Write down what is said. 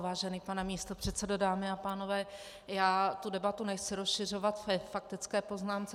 Vážený pane místopředsedo, dámy a pánové, já tu debatu nechci rozšiřovat ve faktické poznámce.